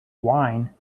wine